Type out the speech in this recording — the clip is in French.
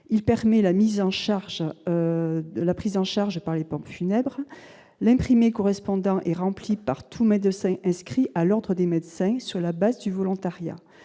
charge de la prise en charge par l'époque funèbre l'imprimé correspondant et rempli partout mais de inscrit à l'ordre des médecins sur la base du volontariat,